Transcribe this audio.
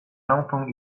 lampę